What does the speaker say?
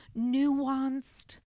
nuanced